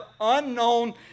unknown